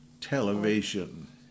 Television